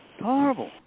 Horrible